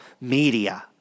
media